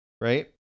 right